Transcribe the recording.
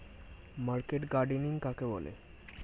Market gardening কাকে বলে?